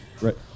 Right